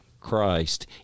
Christ